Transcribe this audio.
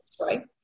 right